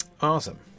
awesome